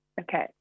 Okay